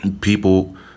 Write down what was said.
people